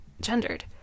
gendered